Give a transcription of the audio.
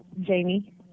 Jamie